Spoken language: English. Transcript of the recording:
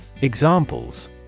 Examples